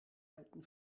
alten